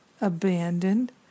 abandoned